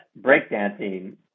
breakdancing